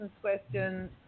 question